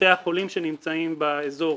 בתי החולים שנמצאים באזור,